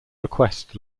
request